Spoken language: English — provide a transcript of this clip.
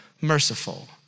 merciful